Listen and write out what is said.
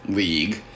league